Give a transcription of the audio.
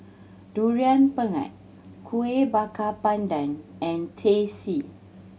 Durian Pengat Kueh Bakar Pandan and Teh C